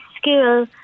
school